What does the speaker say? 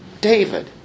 David